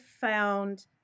found